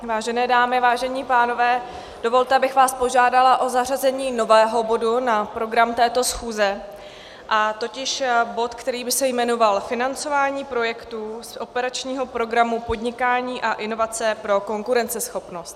Vážené dámy, vážení pánové, dovolte, abych vás požádala o zařazení nového bodu na program této schůze, totiž bod, který by se jmenoval Financování projektů z operačního programu Podnikání a inovace pro konkurenceschopnost.